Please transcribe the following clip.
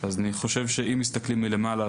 אז אני חושב שאם מסתכלים מלמעלה,